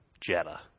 Jetta